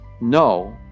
no